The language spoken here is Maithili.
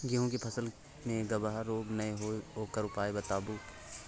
गेहूँ के फसल मे गबहा रोग नय होय ओकर उपाय बताबू?